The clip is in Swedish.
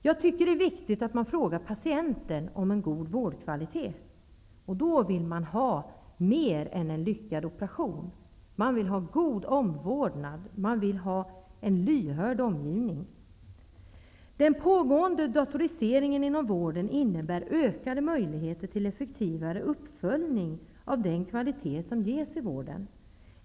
Jag tycker att det är viktigt att fråga patienten om en god vårdkvalitet. Som patient vill man ha mer än en lyckad operation. Man vill ha god omvårdnad. Man vill ha en lyhörd omgivning. Den pågående datoriseringen inom vården innebär ökade möjligheter till effektivare uppföljning av den kvalitet som ges i vården.